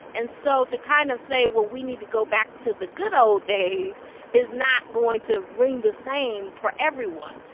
and so to kind of say, well, we need to go back to the good old days is not going to ring the same for everyone.